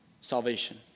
salvation